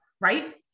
Right